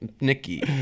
Nikki